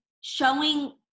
showing